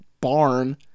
barn